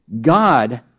God